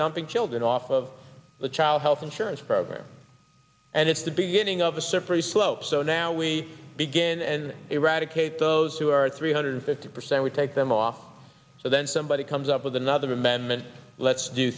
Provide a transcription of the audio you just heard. dumping children off of the child health insurance program and it's the beginning of a surfer the slope so now we begin and eradicate those who are three hundred fifty percent we take them off so then somebody comes up with an amendment let's do